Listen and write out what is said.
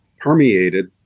permeated